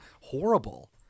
horrible